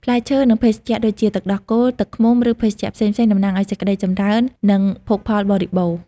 ផ្លែឈើ និងភេសជ្ជៈដូចជាទឹកដោះគោ ទឹកឃ្មុំ ឬភេសជ្ជៈផ្សេងៗ តំណាងឱ្យសេចក្ដីចម្រើន និងភោគផលបរិបូរណ៍។